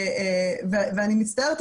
ואני מצטערת,